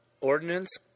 Ordinance